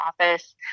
office